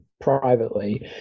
privately